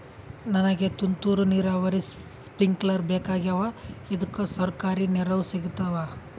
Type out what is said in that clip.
ನನಗ ತುಂತೂರು ನೀರಾವರಿಗೆ ಸ್ಪಿಂಕ್ಲರ ಬೇಕಾಗ್ಯಾವ ಇದುಕ ಸರ್ಕಾರಿ ನೆರವು ಸಿಗತ್ತಾವ?